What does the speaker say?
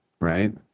Right